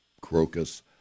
crocus